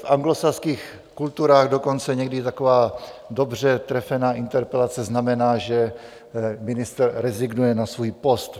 V anglosaských kulturách dokonce někdy taková dobře trefená interpelace znamená, že ministr rezignuje na svůj post.